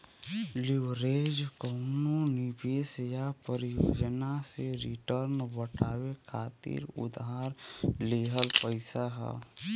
leverage कउनो निवेश या परियोजना से रिटर्न बढ़ावे खातिर उधार लिहल पइसा हौ